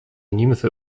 nimfy